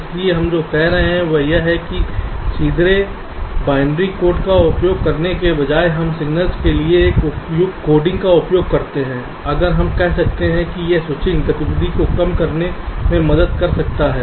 इसलिए हम जो कह रहे हैं वह यह है कि सीधे बाइनरी कोड का उपयोग करने के बजाय हम सिग्नल्स के लिए एक उपयुक्त कोडिंग का उपयोग करते हैं अगर हम यह कर सकते हैं कि यह स्विचिंग गतिविधि को कम करने में मदद कर सकता है